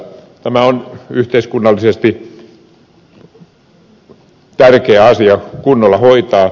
tämä on yhteiskunnallisesti tärkeä asia kunnolla hoitaa